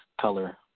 color